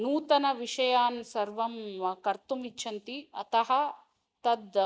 नूतनविषयान् सर्वं कर्तुम् इच्छन्ति अतः तद्